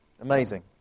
Amazing